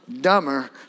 dumber